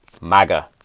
MAGA